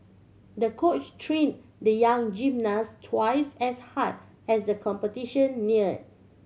the coach train the young gymnast twice as hard as the competition near